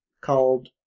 called